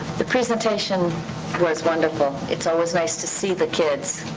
the presentation was wonderful. it's always nice to see the kids.